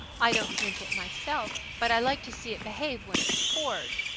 i don't drink it myself, but i like to see it behave when it's poured.